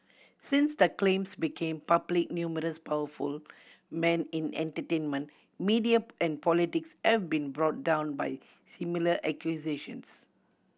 since the claims became public numerous powerful men in entertainment media and politics have been brought down by similar accusations